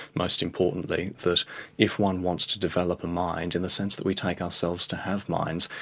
most importantly, that if one wants to develop a mind in the sense that we take ourselves to have minds,